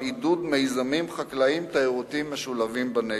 עידוד מיזמים חקלאיים תיירותיים משולבים בנגב.